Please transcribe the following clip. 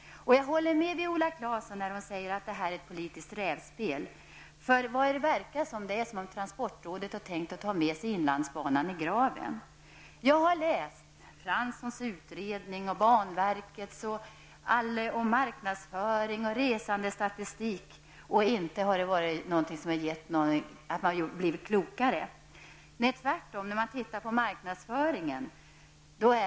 Jag håller med Viola Claesson när hon säger att detta är ett politiskt rävspel. Det verkar som om transportrådet har tänkt ta med sig inlandsbanan i graven. Jag har läst Franssons utredning och banverkets utredning, om marknadsföring och resandestatistik. Inte har jag blivit klokare av det. Nej, tvärtom, man ser att det är något lurt med marknadsföringen.